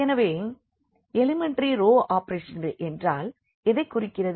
எனவே elementary row ஆபரேஷன்கள் என்றால் எதைக் குறிக்கிறது